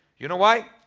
you know why?